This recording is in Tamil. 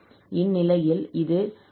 இந்நிலையில் இது 1 1 க்கு செல்வதால் 0 ஆகும்